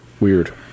Weird